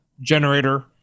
generator